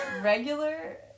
regular